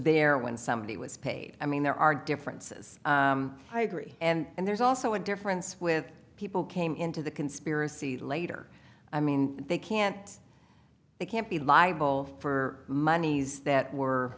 there when somebody was paid i mean there are differences i agree and there's also a difference with people came into the conspiracy later i mean they can't they can't be liable for monies that were